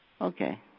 Okay